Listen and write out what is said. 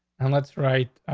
and that's right. ah,